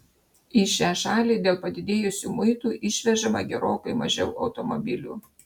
į šią šalį dėl padidėjusių muitų išvežama gerokai mažiau automobilių